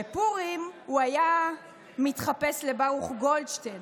בפורים הוא היה מתחפש לברוך גולדשטיין,